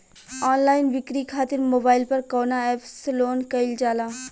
Online बिक्री खातिर mobile पर कवना एप्स लोन कईल जाला?